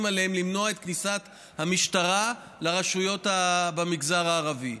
עליהם למנוע את כניסת המשטרה לרשויות במגזר הערבי.